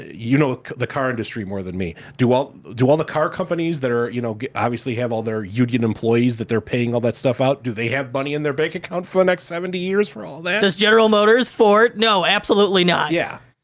you know the car industry more than me, do all do all the car companies that, you know, obviously, have all their union employees that they're paying all that stuff out, do they have money in their bank account for the next seventy years for all that? does general motors, ford? no, absolutely not. yeah.